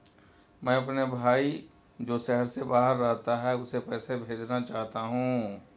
मैं अपने भाई जो शहर से बाहर रहता है, उसे पैसे भेजना चाहता हूँ